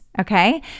okay